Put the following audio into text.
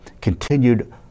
continued